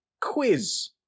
Quiz